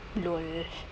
LOL